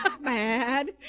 Bad